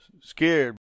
scared